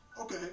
Okay